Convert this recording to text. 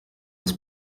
das